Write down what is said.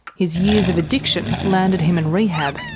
his years of addiction landed him in rehab.